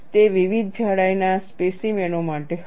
તે વિવિધ જાડાઈના સ્પેસીમેનો માટે હતું